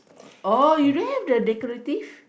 oh you don't have the decorative